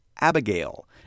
Abigail